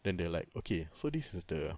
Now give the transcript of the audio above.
then they're like okay so this is the